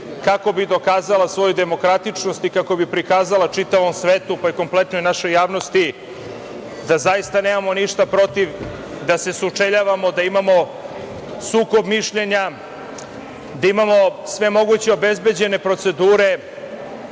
kako bi dokazala svoju demokratičnost i kako bi prikazala čitavom svetu, pa i kompletnoj našoj javnosti, da zaista nemamo ništa protiv da se sučeljavamo, da imamo sukob mišljenja, da imamo sve moguće obezbeđene procedure